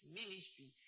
ministry